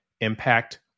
impact